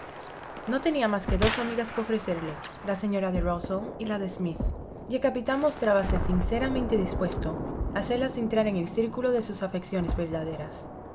no tenía más que dos amigas que ofrecerle la señora de rusell y la de smith y el capitán mostrábase sinceramente dispuesto a hacerlas entrar en el círculo de sus afecciones verdaderas